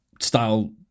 style